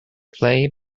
play